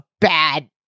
bad